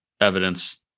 evidence